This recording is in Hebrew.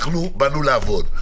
אנחנו באנו לעבוד,